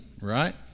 right